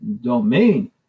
Domain